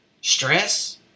stress